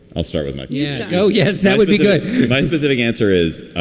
i'll start with my yes go yes, that would be good my specific answer is